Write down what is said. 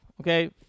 Okay